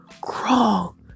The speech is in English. crawl